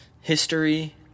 history